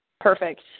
Perfect